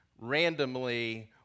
randomly